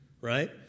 right